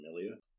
familiar